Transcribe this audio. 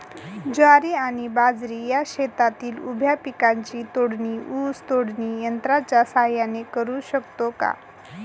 ज्वारी आणि बाजरी या शेतातील उभ्या पिकांची तोडणी ऊस तोडणी यंत्राच्या सहाय्याने करु शकतो का?